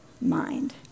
mind